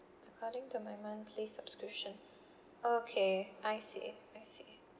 according terminate free subscription okay I see I see